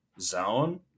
zone